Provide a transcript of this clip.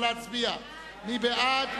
נא להצביע, מי בעד?